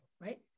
right